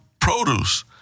produce